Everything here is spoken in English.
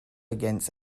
against